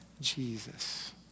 Jesus